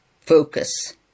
focus